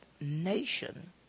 nation